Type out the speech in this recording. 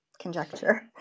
conjecture